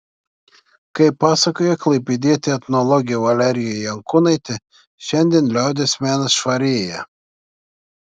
kaip pasakojo klaipėdietė etnologė valerija jankūnaitė šiandien liaudies menas švarėja